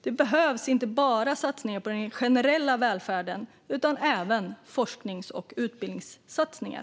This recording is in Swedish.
Då behövs inte bara satsningar på den generella välfärden utan även forsknings och utbildningssatsningar.